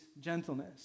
gentleness